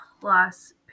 plus